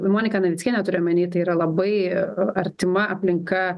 moniką navickienę turiu omeny tai yra labai artima aplinka